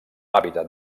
hàbitat